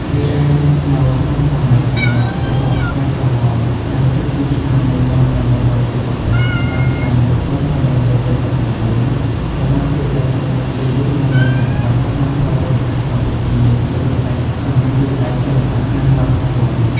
រីឯនៅក្នុងសម័យកាលរបបខ្មែរក្រហម ដែលគិតពីឆ្នាំ ១៩៧៥ ដល់ ឆ្នាំ ១៩៧៩ ត្រូវបានគេចាត់ទុកជា យុគងងឹតបំផុត ក្នុងប្រវត្តិសាស្ត្រកម្ពុជា ជាពិសេសសម្រាប់វិស័យសិល្បៈ និងវប្បធម៌។